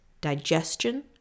digestion